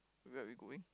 where are we going